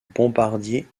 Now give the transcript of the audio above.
bombardier